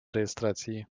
реєстрації